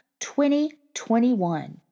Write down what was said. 2021